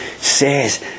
says